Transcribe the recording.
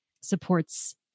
supports